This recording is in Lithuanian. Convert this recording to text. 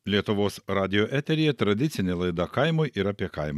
lietuvos radijo eteryje tradicinė laida kaimui ir apie kaimą